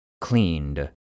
cleaned